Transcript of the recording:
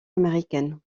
américaine